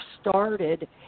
started